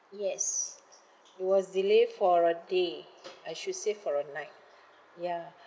yes it was delay for a day I should say for a night yeah